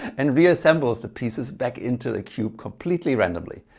and reassembles the pieces back into the cube completely randomly,